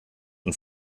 und